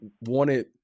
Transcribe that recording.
wanted